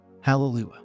Hallelujah